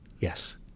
Yes